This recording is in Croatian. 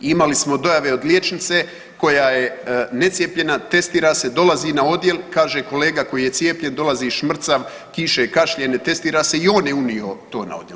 Imali smo dojave od liječnice koja je necijepljena, testira se, dolazi na odjel, kaže kolega koji je cijepljen dolazi šmrcav, kiše, kašlje, ne testira se i on je unio to na odjel.